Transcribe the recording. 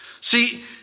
See